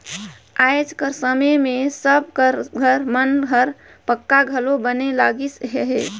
आएज कर समे मे सब कर घर मन हर पक्का घलो बने लगिस अहे